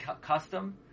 custom